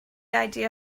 idea